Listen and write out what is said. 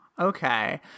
Okay